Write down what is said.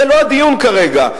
זה לא הדיון כרגע.